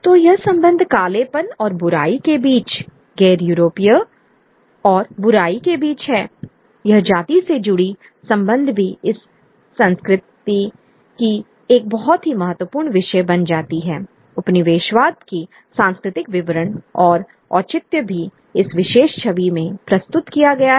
तो यह संबंध कालेपन और बुराई के बीच गैर यूरोपीय और बुराई के बीच हैI यह जाति से जुड़ी संबंध भी इस संस्कृति की एक बहुत ही महत्वपूर्ण विषय बन जाती है उपनिवेशवाद की सांस्कृतिक विवरण और औचित्य भी इस विशेष छवि में प्रस्तुत किया गया है